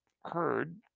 heard